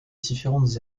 différentes